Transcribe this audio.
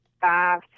five